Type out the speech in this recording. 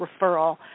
referral